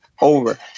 over